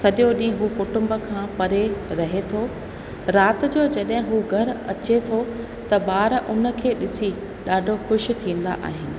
सॼो ॾींहुं हू कुटुंब खां परे रहे थो राति जो जॾहिं हू घरु अचे थो त ॿार उन खे ॾिसी ॾाढो ख़ुशि थींदा आहिनि